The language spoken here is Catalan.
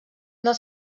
dels